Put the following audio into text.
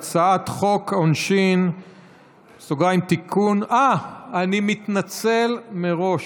הצעת חוק העונשין (תיקון) אני מתנצל מראש.